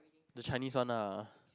the Chinese one ah